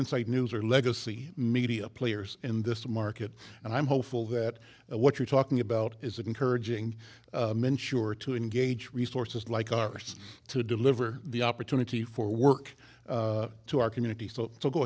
inside news are legacy media players in this market and i'm hopeful that what you're talking about is encouraging men sure to engage resources like ours to deliver the opportunity for work to our community so so go